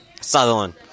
Sutherland